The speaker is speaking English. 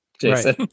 Jason